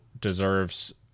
deserves